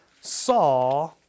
saw